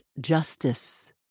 justice